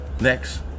Next